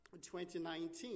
2019